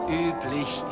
üblich